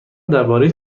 درباره